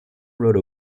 wrote